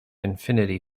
infinity